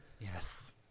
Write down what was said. Yes